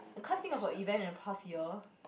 I can't think of a event in the past year